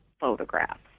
photographs